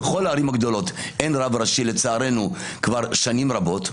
בכל הערים הגדולות אין רב ראשי לצערנו כבר שנים רבות,